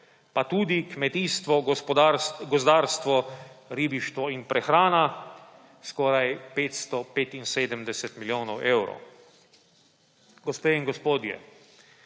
pa tudi kmetijstvo, gozdarstvo, ribištvo in prehrana skoraj 575 milijonov evrov. Gospe in gospodje,